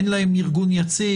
אין להם להם ארגון יציג,